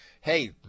hey